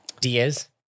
Diaz